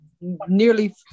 nearly